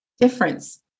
difference